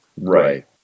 Right